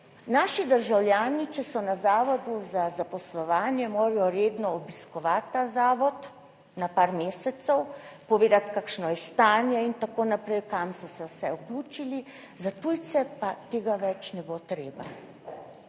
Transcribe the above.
Naši državljani, če so na Zavodu za zaposlovanje, morajo redno obiskovati ta zavod, na par mesecev, povedati kakšno je stanje in tako naprej, kam so se vse vključili, za tujce pa tega več ne bo treba.